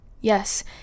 Yes